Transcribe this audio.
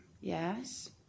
Yes